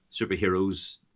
superheroes